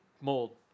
mold